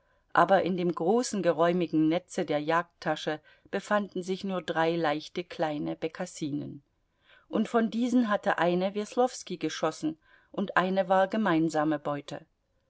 aber in dem großen geräumigen netze der jagdtasche befanden sich nur drei leichte kleine bekassinen und von diesen hatte eine weslowski geschossen und eine war gemeinsame beute